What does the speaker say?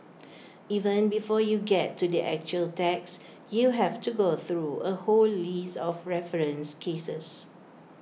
even before you get to the actual text you have to go through A whole list of referenced cases